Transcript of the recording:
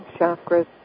chakras